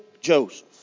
Joseph